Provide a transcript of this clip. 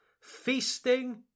Feasting